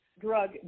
drug